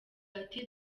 ati